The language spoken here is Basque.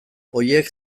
horiek